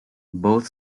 both